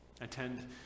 Attend